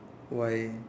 why